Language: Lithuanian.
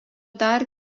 dar